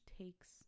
takes